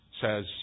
says